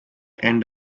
end